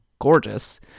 gorgeous